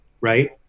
right